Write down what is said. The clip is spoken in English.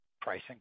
pricing